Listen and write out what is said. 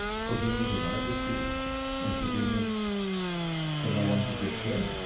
forgiveness that i've received and forgiveness that i want to give him.